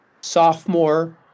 sophomore